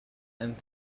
and